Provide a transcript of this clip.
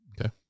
Okay